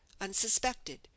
unsuspected